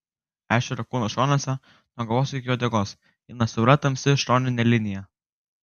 ešerio kūno šonuose nuo galvos iki uodegos eina siaura tamsi šoninė linija